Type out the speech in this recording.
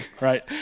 Right